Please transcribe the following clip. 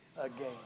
again